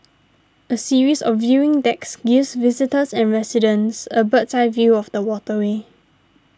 a series of viewing decks gives visitors and residents a bird's eye view of the waterway